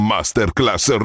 Masterclass